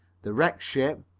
the wrecked ship,